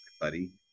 buddy